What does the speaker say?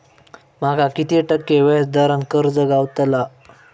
माका किती टक्के व्याज दरान कर्ज गावतला?